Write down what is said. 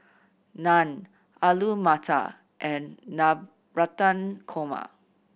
Naan Alu Matar and Navratan Korma